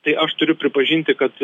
tai aš turiu pripažinti kad